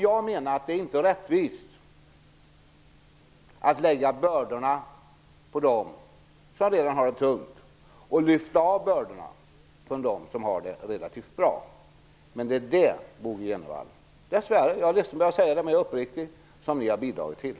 Jag menar att det inte är rättvist att lägga bördorna på dem som redan har det tungt och lyfta av bördorna från dem som har det relativt bra. Men det har ni bidragit till. Jag är ledsen att behöva säga det, Bo G Jenevall, men jag är uppriktig.